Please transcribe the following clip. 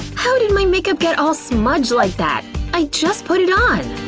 how did my makeup get all smudged like that? i just put it on!